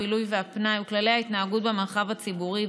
הבילוי והפנאי וכללי ההתנהגות במרחב הציבורי,